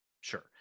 sure